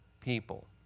people